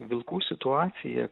vilkų situacija